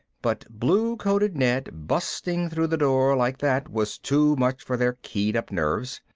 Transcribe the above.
but blue-coated ned busting through the door like that was too much for their keyed up nerves.